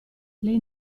lei